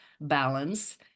balance